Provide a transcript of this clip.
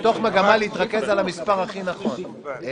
מתוך מגמה להתרכז על המס' הכי נכון.